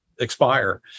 expire